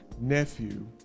nephew